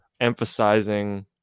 emphasizing